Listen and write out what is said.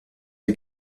der